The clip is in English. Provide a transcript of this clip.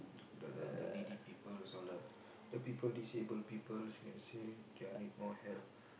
the the the needy people also like the people disabled people